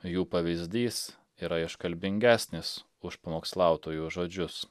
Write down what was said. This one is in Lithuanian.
jų pavyzdys yra iškalbingesnis už pamokslautojų žodžius